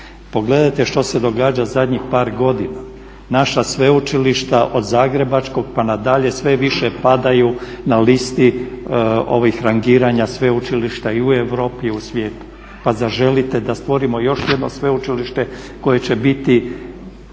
Pogledate što se događa zadnjih par godina. Naša sveučilišta od Zagrebačkog sve više padaju na listi ovih rangiranja sveučilišta i u Europi i u svijetu. Pa zar želite da stvorimo još jedno sveučilište koje će biti